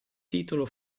titolo